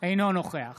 אינו נוכח